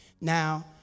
Now